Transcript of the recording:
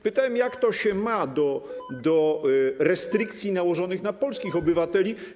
Pytałem, jak to się ma do restrykcji nałożonych na polskich obywateli.